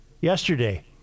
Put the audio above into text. yesterday